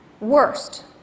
worst